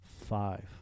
five